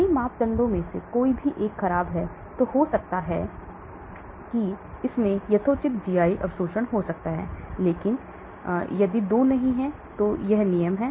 यदि मापदंडों में से 1 खराब है तो हो सकता है कि इसमें यथोचित जीआई अवशोषण हो सकता है लेकिन यदि 2 नहीं तो यह नियम है